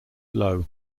blow